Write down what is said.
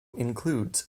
includes